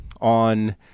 on